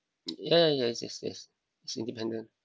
ya ya yes yes yes it's independent